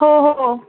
हो हो हो